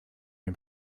dem